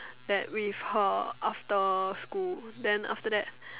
that with her after school then after that